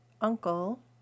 uncle